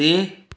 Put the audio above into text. ਅਤੇ